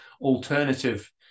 alternative